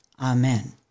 Amen